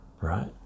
right